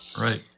Right